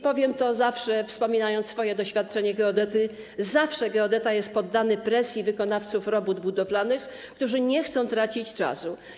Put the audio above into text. Powiem to, wspominając swoje doświadczenie geodety, geodeta zawsze jest poddany presji wykonawców robót budowlanych, którzy nie chcą tracić czasu.